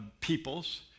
peoples